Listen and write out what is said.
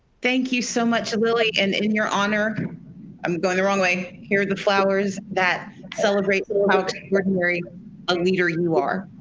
thank you so much lily and in your honor i'm going the wrong way. here are the flowers that celebrate how extraordinary a leader you are.